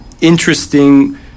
interesting